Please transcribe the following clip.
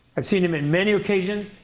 i've seen him in many occasions,